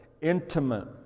intimate